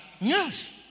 Yes